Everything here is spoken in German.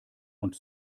und